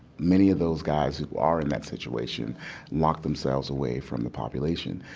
many of those guys who are in that situation lock themselves away from the population,